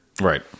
Right